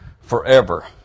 forever